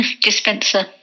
dispenser